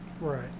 Right